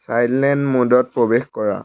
silent মুডত প্ৰৱেশ কৰা